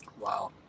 Wow